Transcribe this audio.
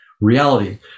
reality